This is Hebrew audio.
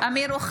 (קוראת בשמות חברי הכנסת) אמיר אוחנה,